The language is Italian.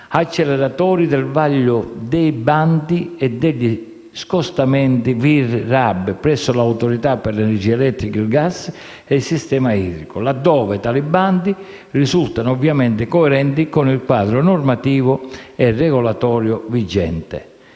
acceleratori del vaglio dei bandi e degli scostamenti VIR-RAB presso l'Autorità per l'energia elettrica, il gas e il sistema idrico, laddove tali bandi risultano ovviamente coerenti con il quadro normativo e regolatorio vigente.